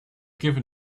given